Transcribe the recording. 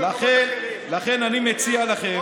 לכן אני מציע לכם,